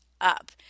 Up